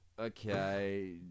Okay